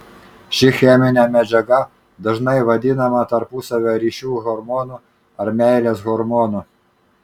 ši cheminė medžiaga dažnai vadinama tarpusavio ryšių hormonu ar meilės hormonu